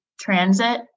transit